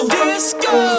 disco